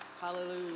Hallelujah